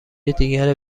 دیگر